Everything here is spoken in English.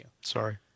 sorry